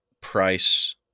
price